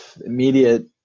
immediate